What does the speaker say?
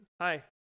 Hi